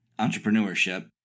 entrepreneurship